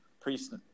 Priest